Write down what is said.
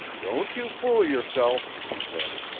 don't you fool yourself, he said.